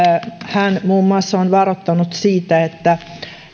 hän muun muassa on varoittanut siitä että